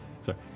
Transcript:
Sorry